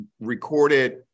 recorded